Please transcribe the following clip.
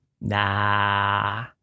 nah